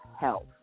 health